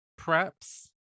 preps